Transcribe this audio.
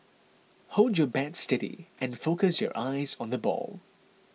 hold your bat steady and focus your eyes on the ball